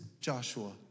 joshua